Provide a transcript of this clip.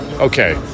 okay